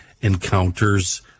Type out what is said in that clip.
encounters